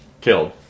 killed